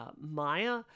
Maya